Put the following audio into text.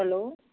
hello